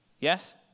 Yes